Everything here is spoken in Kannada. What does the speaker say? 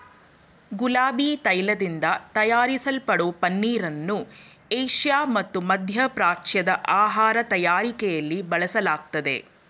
ಗುಲಾಬಿ ತೈಲದಿಂದ ತಯಾರಿಸಲ್ಪಡೋ ಪನ್ನೀರನ್ನು ಏಷ್ಯಾ ಮತ್ತು ಮಧ್ಯಪ್ರಾಚ್ಯದ ಆಹಾರ ತಯಾರಿಕೆಲಿ ಬಳಸಲಾಗ್ತದೆ